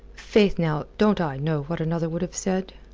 faith, now, don't i know what another would have said?